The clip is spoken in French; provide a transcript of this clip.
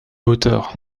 hauteur